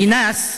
אינאס,